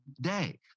day